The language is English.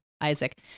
Isaac